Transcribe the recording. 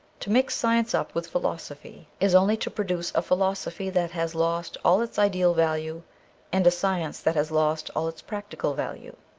to mix science up with philosophy is only to produce a philosophy that has lost all its ideal value and a science that has lost all its practical value.